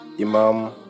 Imam